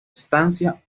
estancia